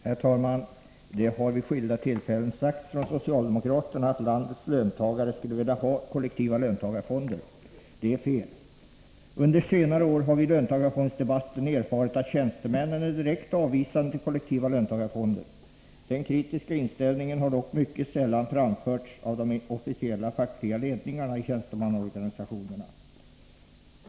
Herr talman! Det har vid skilda tillfällen sagts från socialdemokraterna att landets löntagare skulle vilja ha kollektiva löntagarfonder. Detta är fel! Under senare år har vi i löntagarfondsdebatten erfarit att tjänstemännen är direkt avvisande till kollektiva löntagarfonder. Den kritiska inställningen har dock mycket sällan framförts av de officiella fackliga ledningarna i tjänstemannaorganisationerna.